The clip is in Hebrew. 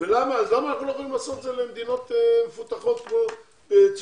למה אנחנו לא יכולים לנהוג כך כלפי אלה שבאים ממדינות מפותחות כמו צרפת,